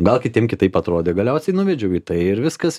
gal kitiem kitaip atrodė galiausiai nuvedžiau į tai ir viskas